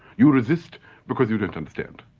you resist because you don't understand.